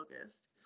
focused